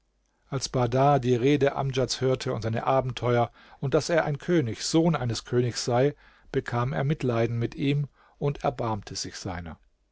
als bahdar die rede amdjads hörte und seine abenteuer und daß er ein könig sohn eines königs sei bekam er mitleiden mit ihm und erbarmte sich seiner